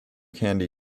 candy